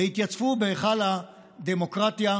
שהתייצבו בהיכל הדמוקרטיה,